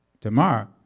tomorrow